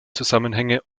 zusammenhänge